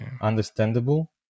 understandable